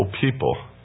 people